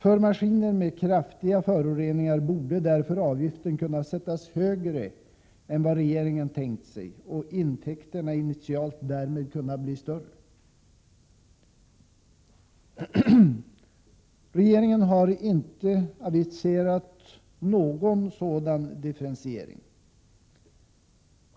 För maskiner som förorsakar kraftiga föroreningar borde därför avgiften kunna sättas högre än vad regeringen tänkt sig, varigenom intäkterna initialt skulle bli större. Regeringen har inte aviserat någon sådan differentiering.